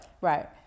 Right